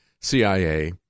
CIA